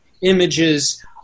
images